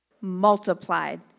multiplied